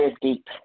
deep